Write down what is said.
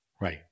Right